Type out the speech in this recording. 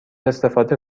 استفاده